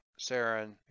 Saren